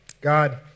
God